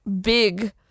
big